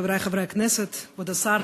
חברי חברי הכנסת, כבוד השר,